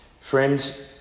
Friends